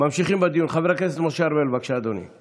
עד לפני כמה ימים הכול אצלנו אפס אפס.